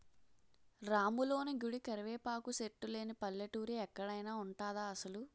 రాములోని గుడి, కరివేపాకు సెట్టు లేని పల్లెటూరు ఎక్కడైన ఉంటదా అసలు?